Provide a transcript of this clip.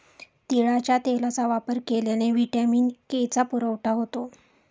तिळाच्या तेलाचा वापर केल्याने व्हिटॅमिन के चा पुरवठा होतो